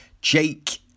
Jake